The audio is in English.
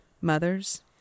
mothers